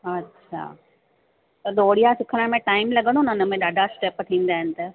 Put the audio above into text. अच्छा त दोढिया सिखण में टाइम लॻंदो न हिन में ॾाढा स्टेप थींदा आहिनि त